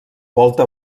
volta